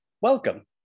Welcome